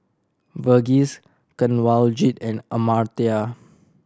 Verghese Kanwaljit and Amartya